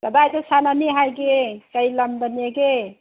ꯀꯗꯥꯏꯗ ꯁꯥꯟꯅꯅꯤ ꯍꯥꯏꯒꯦ ꯀꯩ ꯂꯝꯗꯅꯦꯒꯦ